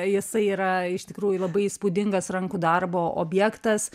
jisai yra iš tikrųjų labai įspūdingas rankų darbo objektas